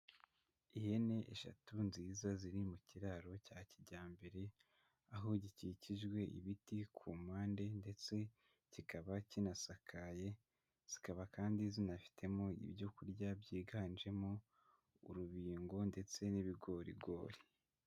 Ihene eshatu nziza ziri mu kiraro cya kijyambere, aho gikikijwe ibiti ku mpande ndetse kikaba kinasakaye. Zikaba kandi zinafitemo ibyoku kurya byiganjemo urubingo ndetse n'ibigorigori.